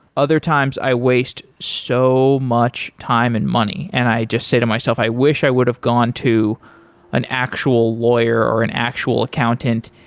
other time i waste so much time and money and i just say to myself, i wish i would have gone to an actual lawyer or an actual accountant.